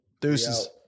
Deuces